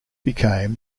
became